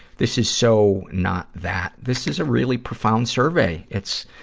this is so not that. this is a really profound survey. it's,